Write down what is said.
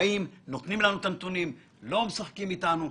באים, נותנים לנו את הנתונים, לא משחקים איתנו".